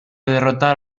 derrotar